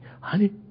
honey